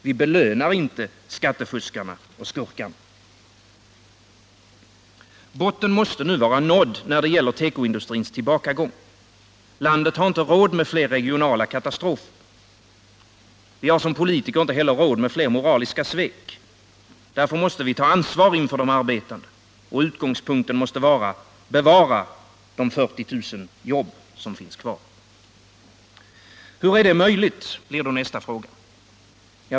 Vi belönar inte skattefuskarna och skurkarna. Botten måste nu vara nådd när det gäller tekoindustrins tillbakagång. Landet har inte råd med fler regionala katastrofer. Vi har som politiker inte heller råd med fler moraliska svek — därför måste vi ta ansvar inför de arbetande, och utgångspunkten måste vara att bevara de 40 000 jobb som finns kvar. Hur är det möjligt?